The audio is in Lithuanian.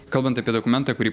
kalbant apie dokumentą kurį